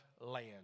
land